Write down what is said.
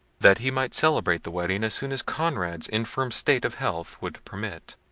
that he might celebrate the wedding as soon as conrad's infirm state of health would permit.